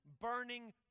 burning